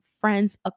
friends